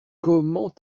comment